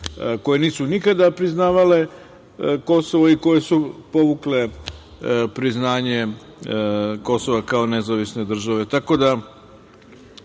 koje nisu nikada priznavale Kosovo i koje su povukle priznanje Kosova kao nezavisne države. Narodna